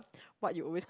what you always